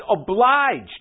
obliged